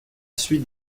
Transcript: suite